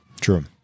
True